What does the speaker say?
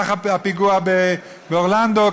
כך הפיגוע באורלנדו,